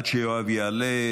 עד שיואב יעלה,